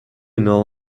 know